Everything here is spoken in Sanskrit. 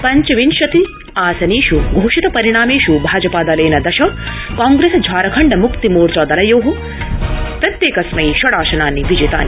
पञ्चविंशति आसनेष् घोषित परिणामेष् भाजपा दलेन दश कांग्रेस झारखण्ड म्क्तिमोर्चा दलयो षडासनानि विजितानि